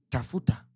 Tafuta